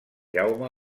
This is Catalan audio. jaume